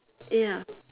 ya